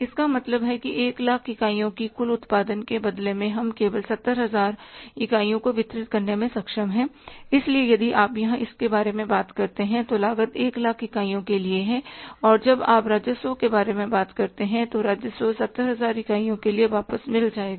इसका मतलब है कि 1 लाख इकाइयों की कुल उत्पादन के बदले में हम केवल 70000 इकाइयों को वितरित करने में सक्षम हैं इसलिए यदि आप यहां के बारे में बात करते हैं तो लागत 1 लाख इकाइयों के लिए है और जब आप राजस्व के बारे में बात करते हैं तो राजस्व 70000 इकाइयों के लिए वापस मिल जाएगा